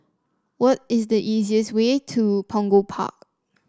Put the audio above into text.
what is the easiest way to Punggol Park